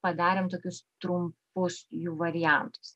padarėm tokius trumpus jų variantus